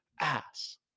ass